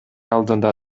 алдында